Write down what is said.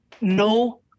no